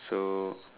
so